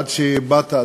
עד שבאת,